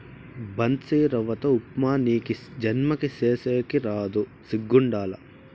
బన్సీరవ్వతో ఉప్మా నీకీ జన్మకి సేసేకి రాదు సిగ్గుండాల